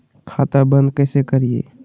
खाता बंद कैसे करिए?